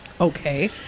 Okay